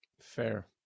Fair